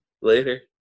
Later